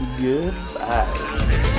Goodbye